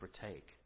partake